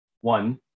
One